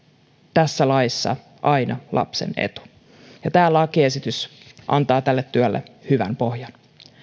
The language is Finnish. tässä laissa aina lapsen etu tämä lakiesitys antaa tälle työlle hyvän pohjan